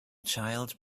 child